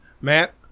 matt